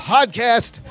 Podcast